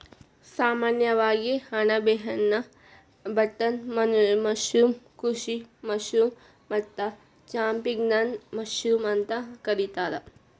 ಸಾಮಾನ್ಯವಾಗಿ ಅಣಬೆಯನ್ನಾ button mushroom, ಕೃಷಿ ಮಶ್ರೂಮ್ ಮತ್ತ ಚಾಂಪಿಗ್ನಾನ್ ಮಶ್ರೂಮ್ ಅಂತ ಕರಿತಾರ